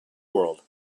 world